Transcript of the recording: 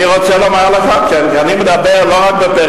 אנחנו נראה את זה בחוק.